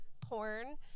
porn